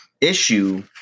issue